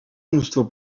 mnóstwo